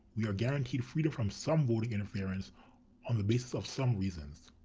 we are guaranteed freedom from some voting interference on the basis of some reasons.